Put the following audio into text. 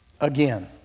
again